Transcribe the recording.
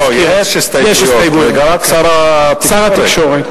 לא, יש הסתייגויות, רק שר התקשורת,